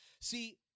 See